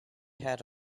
hat